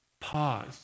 pause